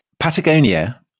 Patagonia